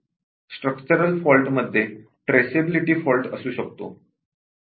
structural फॉल्टमध्ये traceability fault असू शकतो